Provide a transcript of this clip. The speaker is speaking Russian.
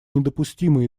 недопустимы